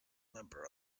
member